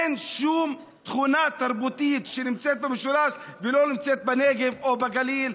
אין שום תכונה תרבותית שנמצאת במשולש ולא נמצאת בנגב או בגליל.